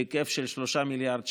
בהיקף של 3 מיליארד שקל,